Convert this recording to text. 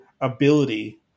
ability